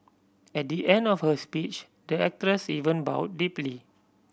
at the end of her speech the actress even bow deeply